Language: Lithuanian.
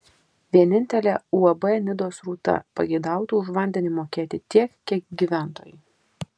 vienintelė uab nidos rūta pageidautų už vandenį mokėti tiek kiek gyventojai